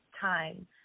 time